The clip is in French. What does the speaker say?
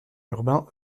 urbain